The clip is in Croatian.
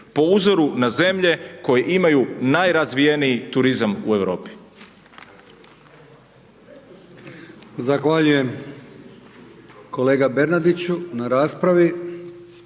po uzoru na zemlje koje imaju najrazvijeniji turizam u Europi.